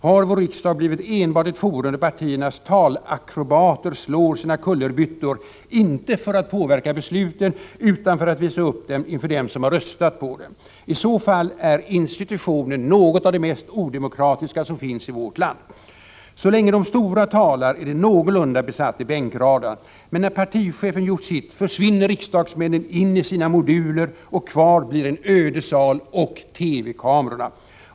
Har vår riksdag blivit enbart ett forum där partiernas talakrobater slår sina kullerbyttor inte för att påverka besluten utan för att visa upp sig inför dem som röstat på dem. I så fall är institutionen något av det mest odemokratiska som finns i vårt land. Så länge de stora talar är det någorlunda besatt i bänkraderna. Men när partichefen gjort sitt försvinner riksdagsmännen in i sina moduler och kvar blir en öde sal och TV-kamerorna.